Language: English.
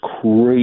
crazy